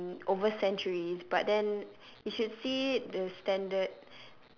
in over centuries but then you should see it the standard